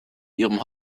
ihrem